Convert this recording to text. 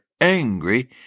angry